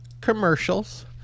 commercials